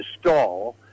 stall